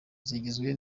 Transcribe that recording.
zigizwe